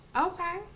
Okay